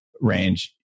range